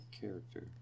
character